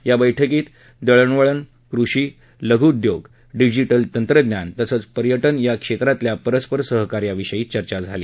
या बैठकीत दळणवळण कृषी लघुउद्योग डिजिटल तंत्रज्ञान तसंव पर्यटन या क्षेत्रातल्या परस्पर सहकार्याविषयी चर्चा झाली